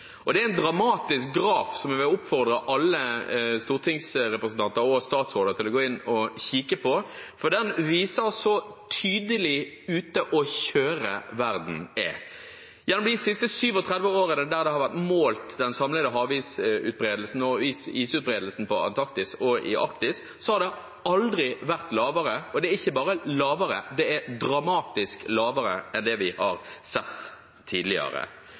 Antarktis. Det er en dramatisk graf, som jeg vil oppfordre alle stortingsrepresentanter og statsråder til å gå inn og kikke på, for den viser så tydelig hvor ute å kjøre verden er. Gjennom de siste 37 årene, da den samlede havis- og isutbredelsen på Antarktis og i Arktis har vært målt, har det aldri vært lavere, og det er ikke bare lavere – det er dramatisk lavere enn det vi har sett tidligere.